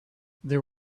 there